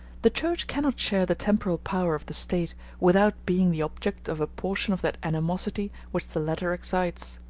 the church cannot share the temporal power of the state without being the object of a portion of that animosity which the latter excites.